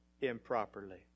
improperly